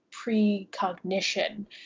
precognition